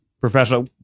professional